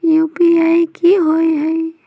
UPI कि होअ हई?